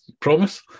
Promise